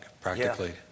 practically